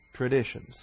traditions